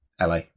LA